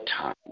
time